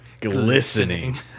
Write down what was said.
glistening